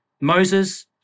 Moses